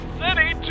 city